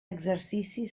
exercici